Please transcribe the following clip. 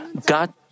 God